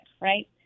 right